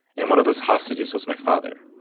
and one of those hostages was my father